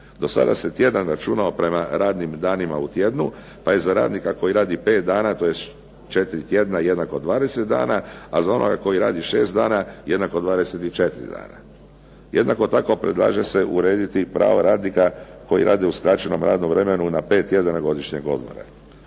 Do sada se tjedan računao prema radnim danima u tjednu, pa je za radnika koji radi pet dana tj. 4 tjedna jednako 20 dana, a za onoga koji radi 6 dana jednako 24 dana. Jednako tako predlaže se urediti i prava radnika koji rade u skraćenom radnom vremenu na 5 tjedana godišnjeg odmora.